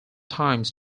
times